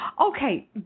Okay